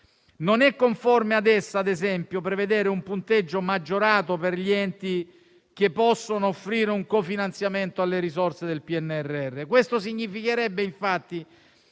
Non è conforme ad essa, ad esempio, prevedere un punteggio maggiorato per gli enti che possono offrire un cofinanziamento alle risorse del PNRR. Questo significherebbe infatti